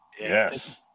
Yes